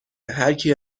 هرکی